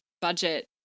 budget